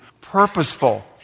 purposeful